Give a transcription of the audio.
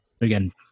Again